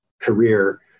career